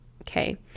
Okay